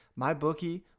MyBookie